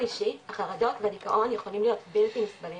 אישי החרדות והדיכאון יכולים להיות בלתי נסבלים